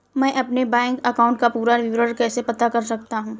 मैं अपने bank account का पूरा विवरण कैसे पता कर सकता हूँ?